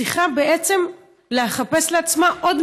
צריכה לחפש לעצמה עוד